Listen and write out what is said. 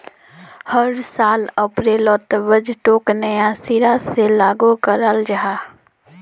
हर साल अप्रैलोत बजटोक नया सिरा से लागू कराल जहा